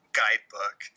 guidebook